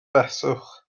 beswch